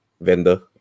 vendor